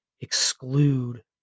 exclude